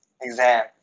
exam